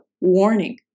warning